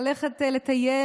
ללכת לטייל,